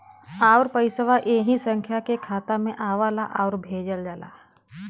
आउर पइसवा ऐही संख्या के खाता मे आवला आउर भेजल जाला